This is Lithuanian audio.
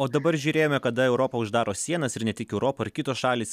o dabar žiūrėjome kada europa uždaro sienas ir ne tik europa ar kitos šalys